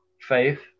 faith